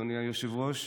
אדוני היושב-ראש?